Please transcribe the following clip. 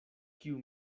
kiu